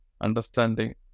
understanding